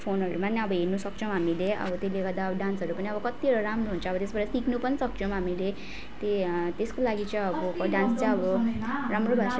फोनहरूमा पनि अब हेर्न सक्छौँ हामीले अब त्यसले गर्दा अब डान्सहरू पनि अब कतिवटा राम्रो हुन्छ अब त्यसबाट सिक्नु पनि सक्छौँ हामीले ते त्यसकै लागि चाहिँ अब डान्स चाहिँ अब राम्रो भएको